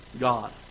God